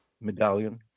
medallion